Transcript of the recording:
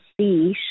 see